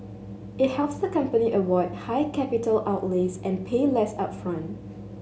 it helps the company avoid high capital outlays and pay less upfront